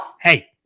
Hey